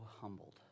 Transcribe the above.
humbled